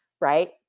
right